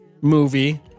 movie